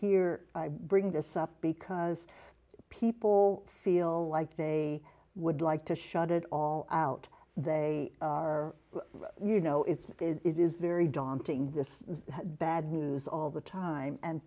here bring this up because people feel like they would like to shut it all out they are you know it's it is very daunting with bad news all the time and